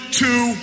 two